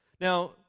Now